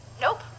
Nope